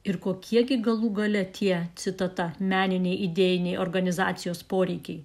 ir kokie gi galų gale tie citata meniniai idėjiniai organizacijos poreikiai